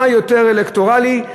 מה יותר אלקטורלי,